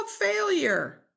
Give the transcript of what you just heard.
failure